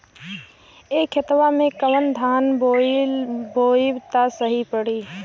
ए खेतवा मे कवन धान बोइब त सही पड़ी?